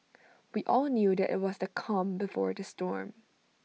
we all knew that IT was the calm before the storm